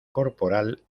corporal